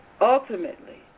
Ultimately